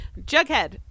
Jughead